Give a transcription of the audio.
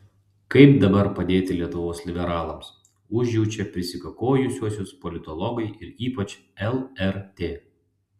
kaip dabar padėti lietuvos liberalams užjaučia prisikakojusiuosius politologai ir ypač lrt